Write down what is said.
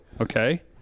Okay